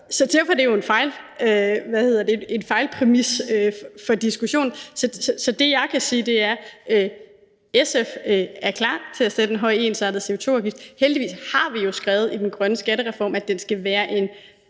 der. Derfor er det jo en fejlpræmis for diskussionen. Så det, jeg kan sige, er, at SF er klar til at sætte en høj ensartet CO2-afgift. Heldigvis har vi jo skrevet i den grønne skattereform, at den skal være en